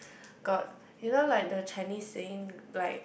got you know like the Chinese saying like